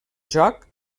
joc